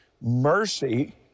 mercy